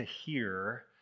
hear